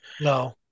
no